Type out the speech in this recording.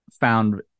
found